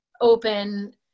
open